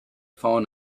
fallen